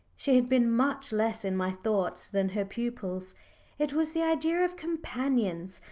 she had been much less in my thoughts than her pupils it was the idea of companions,